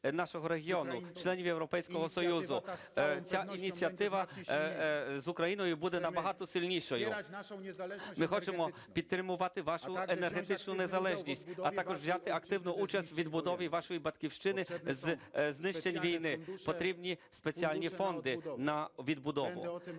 нашого регіону членів Європейського Союзу. Ця ініціатива з Україною буде набагато сильнішою. Ми хочемо підтримувати вашу енергетичну незалежність, а також взяти активну участь у відбудові вашої батьківщини від знищень війни. Потрібні спеціальні фонди на відбудову.